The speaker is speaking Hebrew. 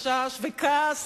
וחשש וכעס,